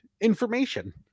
information